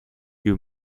you